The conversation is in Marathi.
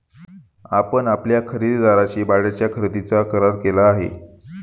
आपण आपल्या खरेदीदाराशी भाड्याच्या खरेदीचा करार केला आहे का?